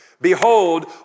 Behold